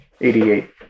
88